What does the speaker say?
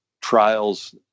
trials